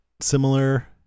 similar